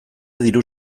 diru